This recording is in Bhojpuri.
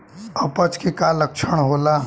अपच के का लक्षण होला?